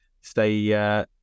stay